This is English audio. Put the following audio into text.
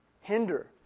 hinder